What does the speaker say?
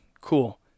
cool